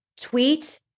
tweet